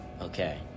Okay